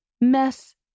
mess